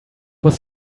was